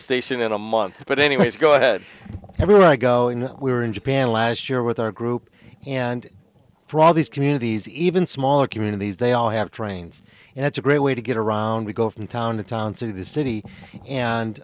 station in a month but anyway it's go ahead everywhere i go in we were in japan last year with our group and for all these communities even smaller communities they all have trains and it's a great way to get around we go from town to town city to city and